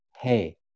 Hey